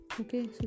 Okay